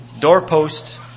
doorposts